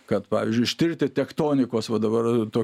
kad pavyzdžiui ištirti tektonikos va dabar to